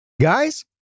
Guys